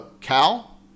Cal